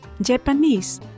Japanese